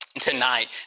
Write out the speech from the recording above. tonight